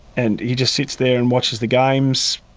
and he just sits there and watches the games,